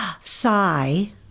sigh